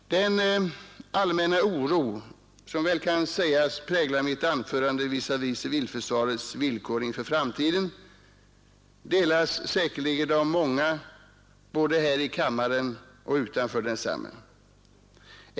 Den allmänna oro som väl kan sägas prägla mitt anförande visavi civilförsvarets villkor inför framtiden delas säkerligen av många både här i kammaren och utanför densamma.